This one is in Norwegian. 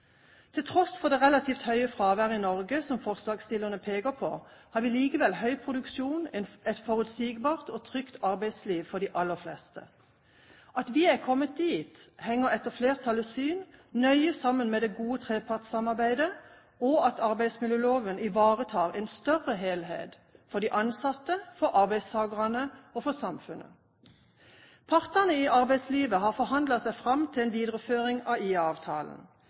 Til tross for det relativt høye fraværet i Norge – som forslagsstillerne peker på – har vi høy produksjon og et forutsigbart og trygt arbeidsliv for de aller fleste. At vi er kommet dit, henger – etter flertallets syn – nøye sammen med det gode trepartssamarbeidet og at arbeidsmiljøloven ivaretar en større helhet: for de ansatte, for arbeidstakerne og for samfunnet. Partene i arbeidslivet har forhandlet seg fram til en videreføring av